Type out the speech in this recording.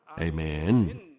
Amen